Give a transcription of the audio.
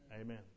amen